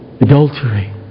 adultery